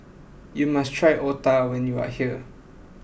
you must try Otah when you are here